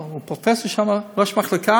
הוא פרופסור שם, ראש מחלקה